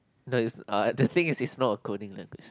no it's uh the thing is it's not a coding language